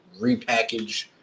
repackage